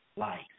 Life